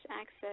access